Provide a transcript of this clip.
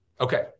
Okay